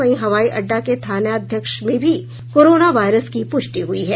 वहीं हवाई अड्डा के थानाध्यक्ष में भी कोरोना वायरस की पुष्टि हुई है